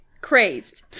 crazed